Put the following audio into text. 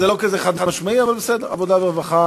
זה לא כזה חד-משמעי, אבל בסדר, עבודה ורווחה.